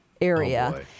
area